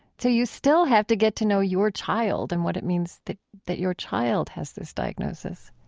so you still have to get to know your child and what it means that that your child has this diagnosis